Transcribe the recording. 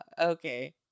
Okay